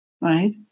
right